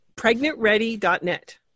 PregnantReady.net